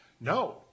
no